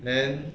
then